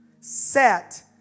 Set